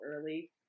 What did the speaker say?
early